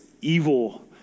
evil